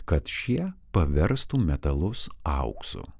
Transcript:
kad šie paverstų metalus auksu